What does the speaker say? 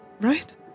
right